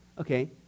okay